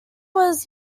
was